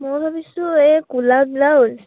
মই ভাবিছোঁ এই কলা ব্লাউজ